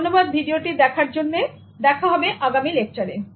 ধন্যবাদ ভিডিওটি দেখার জন্য দেখা হবে আগামী লেকচারে